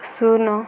ଶୂନ